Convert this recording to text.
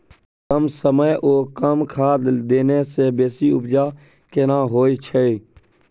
कम समय ओ कम खाद देने से बेसी उपजा केना होय छै?